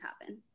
happen